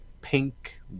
pink